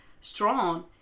strong